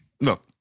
Look